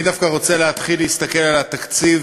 אני דווקא רוצה להתחיל להסתכל על התקציב